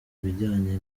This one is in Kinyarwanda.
bijyanye